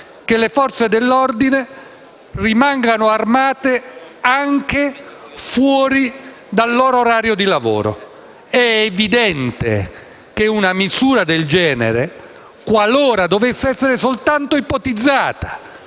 che le Forze dell'ordine rimangano armate anche fuori dal loro orario di lavoro. È evidente che una misura del genere, qualora dovesse essere soltanto ipotizzata,